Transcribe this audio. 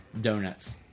donuts